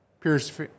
Pierce